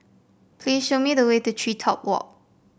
please show me the way to TreeTop Walk